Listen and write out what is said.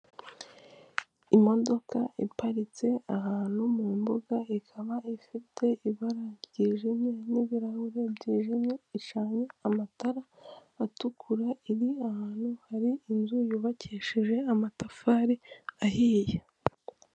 Imodoka iparitse ahantu mu mbuga, ikaba ifite ibara ryijimye n'ibirahure byijimye, icanye amatara atukura, iri ahantu hari inzu yubakishijeje amatafari ahiye.